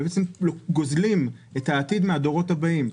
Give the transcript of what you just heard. בעצם גוזלים את העתיד מן הדורות הבאים,